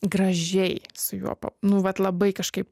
gražiai su juo nu vat labai kažkaip